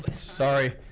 sorry.